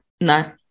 no